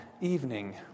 evening